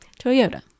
Toyota